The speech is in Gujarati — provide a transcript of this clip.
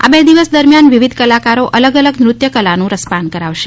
આ બે દિવસ દરમિયાન વિવધ કલાકારો અલગ અલગ નૃત્ય કલાનું રસપાન કરાવશે